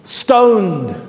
stoned